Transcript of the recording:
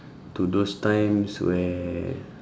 to those times where